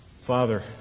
Father